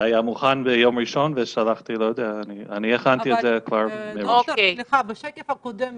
בשקף הקודם,